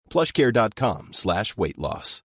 Plushcare.com/slash/weight-loss